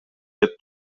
деп